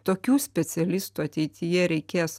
tokių specialistų ateityje reikės